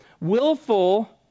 willful